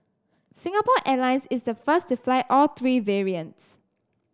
Singapore Airlines is the first to fly all three variants